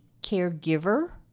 caregiver